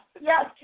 Yes